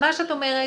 מה שאת אומרת,